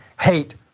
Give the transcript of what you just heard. hate